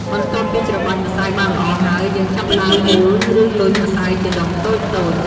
បន្ទាប់ពីច្របាច់ម្សៅបានល្អហើយ យើងចាប់ផ្តើមមូល ឬ លញ់ម្សៅជាដុំតូចៗ។